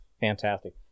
Fantastic